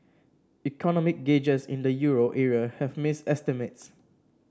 economic gauges in the euro area have missed estimates